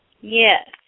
Yes